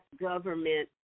government